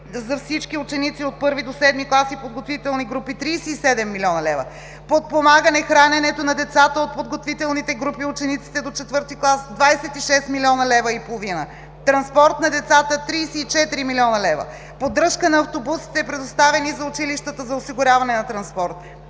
за всички ученици от І до VІІ клас и подготвителни групи – 37 млн. лв.; подпомагане храненето на децата от подготвителните групи, учениците до ІV клас – 26,5 млн. лв.; транспорт на децата – 34 млн. лв.; поддръжка на автобусите, предоставени на училищата за осигуряване на транспорт;